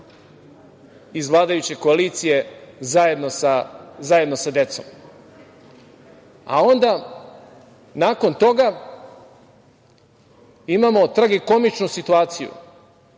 iz vladajuće koalicije zajedno sa decom. Onda nakon toga imamo tragikomičnu situaciju